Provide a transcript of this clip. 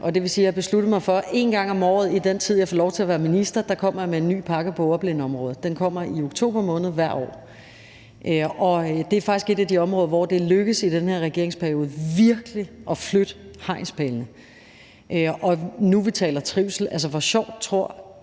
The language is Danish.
det vil sige, at jeg har besluttet mig for en gang om året i den tid, jeg får lov at være minister, at komme med en ny pakke på ordblindeområdet. Den kommer i oktober måned hvert år. Det er faktisk et af de områder, hvor det er lykkedes i den her regeringsperiode virkelig at flytte hegnspælene. Når vi taler trivsel, vil jeg spørge: Hvor sjovt tror